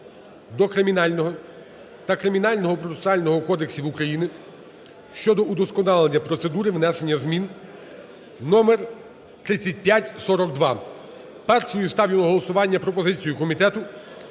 до Кримінального та Кримінально-процесуальних кодексів України щодо удосконалення процедури внесення змін (номер 3542). Першою ставлю на голосування пропозицію комітету